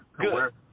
Good